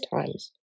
times